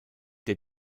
der